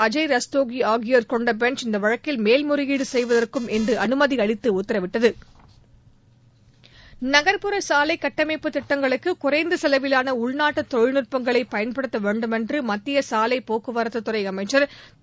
அஜய் ரஸ்தோகி ஆகியோர் கொண்ட பெஞ்ச் இந்த வழக்கில் மேல்முறையீடு செய்வதற்கும் இன்று அனுமதி அளித்து உத்தரவிட்டது நகர்ப்புற சாலை கட்டமைப்பு திட்டங்களுக்கு குறைந்த செலவிலான உள்நாட்டு தொழில்நுட்பங்களை பயன்படுத்த வேண்டும் என்று மத்திய சாவைப் போக்குவரத்துத்துறை அமைச்சர் திரு